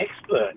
expert